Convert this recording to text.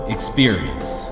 Experience